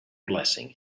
blessing